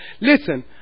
listen